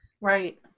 Right